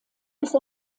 ist